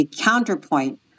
counterpoint